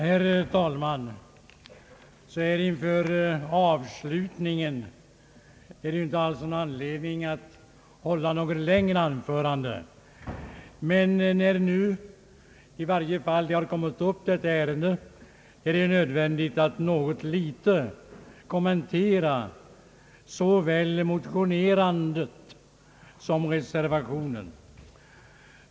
Herr talman! Så här inför vårsessionens avslutning finns det ingen anledning att hålla ett längre anförande. Men när nu detta ärende har kommit upp är det nödvändigt att något kommentera såväl motionerna som reservationen.